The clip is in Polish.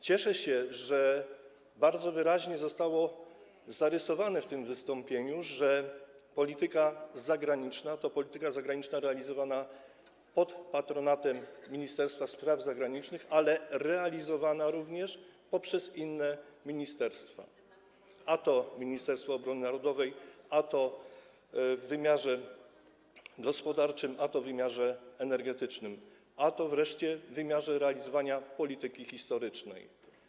Cieszę się, że bardzo wyraźnie zostało zarysowane w tym wystąpieniu to, że polityka zagraniczna to polityka realizowana pod patronatem Ministerstwa Spraw Zagranicznych, ale również poprzez inne ministerstwa, a to Ministerstwo Obrony Narodowej, a to w wymiarze gospodarczym, a to w wymiarze energetycznym, a to wreszcie w wymiarze polityki historycznej.